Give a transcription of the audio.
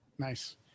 Nice